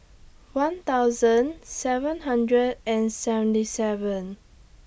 one thousand seven hundred and seventy seven